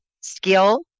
skill